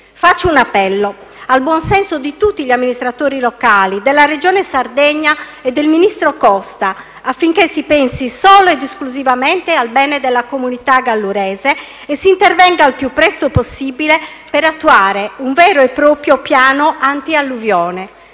Faccio un appello al buon senso di tutti gli amministratori locali, della Regione Sardegna e del ministro Costa, affinché si pensi solo ed esclusivamente al bene della comunità gallurese e si intervenga il più presto possibile per attuare un vero e proprio piano antialluvione.